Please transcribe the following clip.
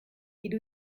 hiru